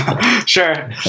sure